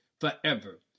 forever